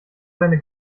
seine